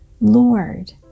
Lord